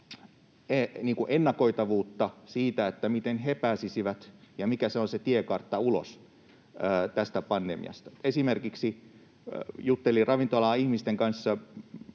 ennakoitavuutta siinä, miten he pääsisivät ja mikä se on se tiekartta ulos tästä pandemiasta? Juttelin esimerkiksi ravintola-alan ihmisten kanssa